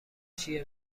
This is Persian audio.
چیه